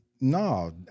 no